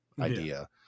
idea